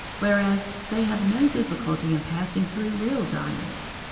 whereas they have no difficulty in passing through real diamonds.